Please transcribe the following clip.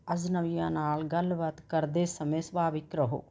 ਅਜਨਬੀਆਂ ਨਾਲ ਗੱਲਬਾਤ ਕਰਦੇ ਸਮੇਂ ਸੁਭਾਵਿਕ ਰਹੋ